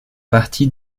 partie